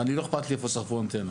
ולא אכפת לי איפה שרפו אנטנה,